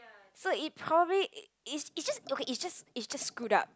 so it probably it just okay is just is just screwed up